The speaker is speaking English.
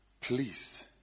Please